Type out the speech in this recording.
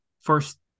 first